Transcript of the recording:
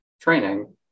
training